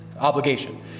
obligation